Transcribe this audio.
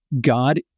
God